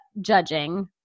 judging